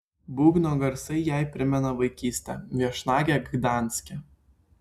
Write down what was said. būgno garsai jai primena vaikystę viešnagę gdanske